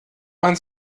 man